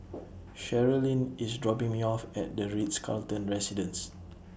Sherlyn IS dropping Me off At The Ritz Carlton Residences